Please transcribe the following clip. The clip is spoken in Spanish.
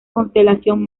constelación